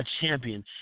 champion